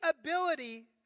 ability